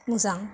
मोजां